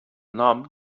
nom